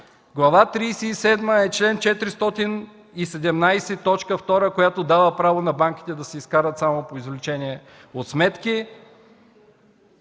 седма е чл. 417 с т. 2, която дава право на банките да си изкарат само по извлечение от сметки